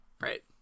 right